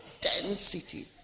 density